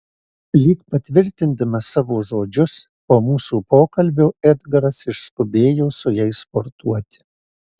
lyg patvirtindamas savo žodžius po mūsų pokalbio edgaras išskubėjo su jais sportuoti